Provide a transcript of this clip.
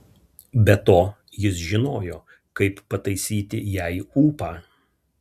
be to jis žinojo kaip pataisyti jai ūpą